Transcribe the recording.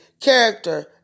character